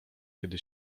kiedy